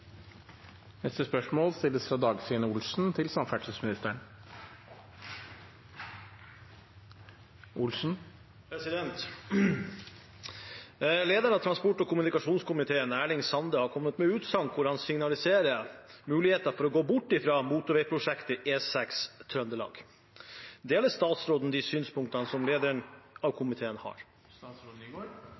av transport- og kommunikasjonskomiteen, Erling Sande, har kommet med utsagn hvor han signaliserer muligheten for å gå bort fra motorveiprosjektet på E6 i Trøndelag. Deler statsråden de synspunktene som lederen av komiteen har?»